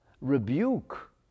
Rebuke